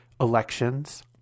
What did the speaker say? elections